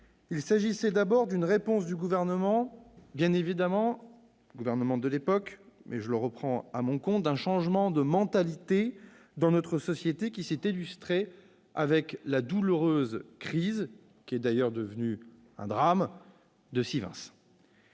Il s'agissait d'abord d'une réponse du gouvernement de l'époque- je la reprends à mon compte -à un changement de mentalité dans notre société qui s'est illustré avec la douloureuse crise, qui est d'ailleurs devenue un drame, de Sivens.